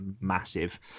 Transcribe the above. massive